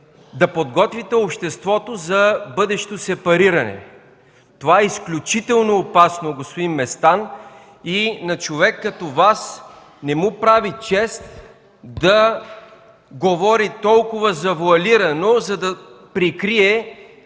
да подготвите обществото за бъдещо сепариране. Това е изключително опасно, господин Местан, и на човек като Вас не му прави чест да говори толкова завоалирано, за да прикрие